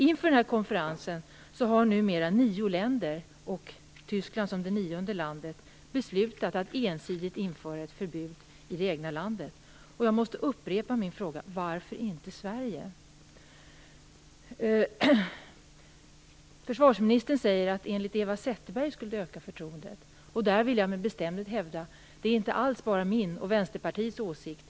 Inför den här konferensen har numera nio länder - varav Tyskland är det nionde landet - beslutat att ensidigt införa ett förbud i det egna landet. Jag måste upprepa min fråga: Varför inte Sverige? Försvarsministern säger att en sådan åtgärd "enligt Eva Zetterberg" skulle öka förtroendet. Jag vill med bestämdhet hävda att det inte alls bara är min och Vänsterpartiets åsikt.